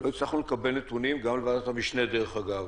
לא הצלחנו לקבל נתונים, גם לוועדת המשנה, דרך אגב,